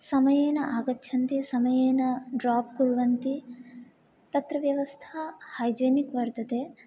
समयेन आगच्छन्ति समयेन ड्रोप् कुर्वन्ति तत्र व्यवस्था हैजीनिक् वर्तते